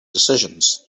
decisions